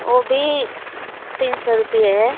ओ भी तीन सौ रुपये है